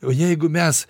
o jeigu mes